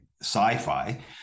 sci-fi